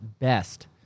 best